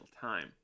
time